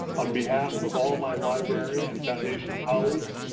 on behalf of all my library and foundation colleagues,